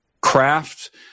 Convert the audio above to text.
craft